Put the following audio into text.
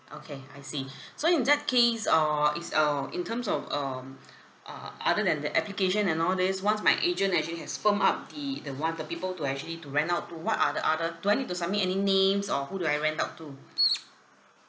okay I see so in that case err is uh in terms of um uh other than the application and all these once my agent actually has firmed up the the one the people to actually to rent out to what are the other do I need to submit any names or who do I rent out to